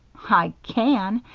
i can!